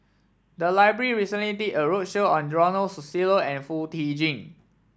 the library recently did a roadshow on Ronald Susilo and Foo Tee Jun